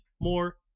more